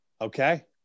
okay